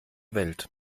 welt